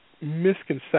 Misconception